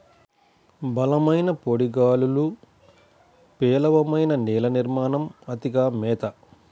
బలమైన పొడి గాలులు, పేలవమైన నేల నిర్మాణం, అతిగా మేత